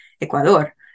Ecuador